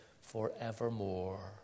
forevermore